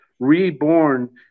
Reborn